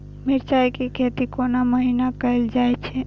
मिरचाय के खेती कोन महीना कायल जाय छै?